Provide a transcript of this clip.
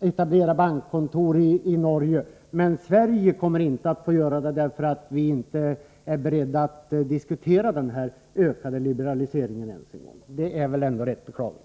etablera bankkontor i Norge men svenska banker inte får den möjligheten därför att vi inte är beredda att ens diskutera en ökad liberalisering. Det är väl ändå rätt beklagligt.